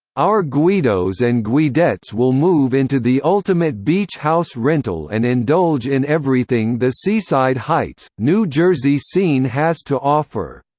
our guidos and guidettes will move into the ultimate beach house rental and indulge in everything the seaside heights, new jersey scene has to offer.